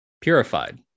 purified